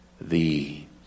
thee